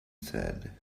said